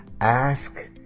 ask